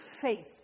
faith